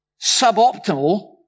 suboptimal